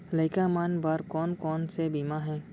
लइका मन बर कोन कोन से बीमा हे?